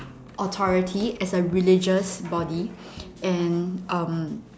authority as a religious body and um